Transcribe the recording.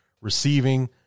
receiving